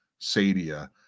Sadia